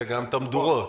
גם את המדורות.